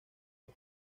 los